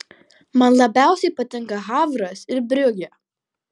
man labiausiai patinka havras ir briugė